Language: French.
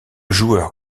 joueur